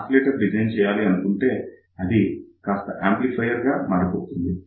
oscillator design చేయాలి అనుకుంటే అది కాస్త యాంప్లిఫయర్ గా మారిపోతుంది